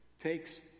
takes